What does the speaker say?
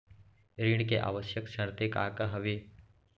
ऋण के आवश्यक शर्तें का का हवे?